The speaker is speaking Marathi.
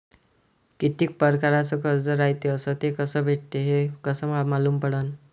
कितीक परकारचं कर्ज रायते अस ते कस भेटते, हे कस मालूम पडनं?